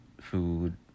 food